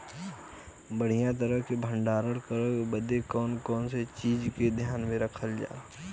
बढ़ियां तरह से भण्डारण करे बदे कवने कवने चीज़ को ध्यान रखल जा?